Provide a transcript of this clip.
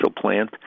plant